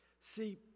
See